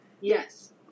Yes